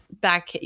back